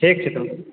ठीक छै तब